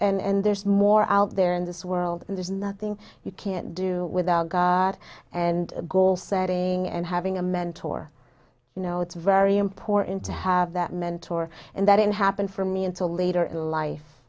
big and there's more out there in this world and there's nothing you can't do without god and a goal setting and having a mentor you know it's very important to have that mentor and that it happened for me until later in life